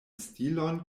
stilon